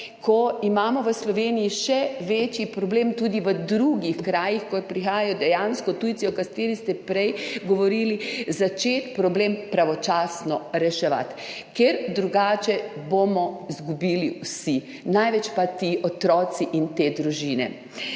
ko imamo v Sloveniji še večji problem tudi v drugih krajih, ko prihajajo dejansko tujci, o katerih ste prej govorili, začeti problem pravočasno reševati, ker drugače bomo izgubili vsi, največ pa ti otroci in te družine.